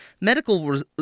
medical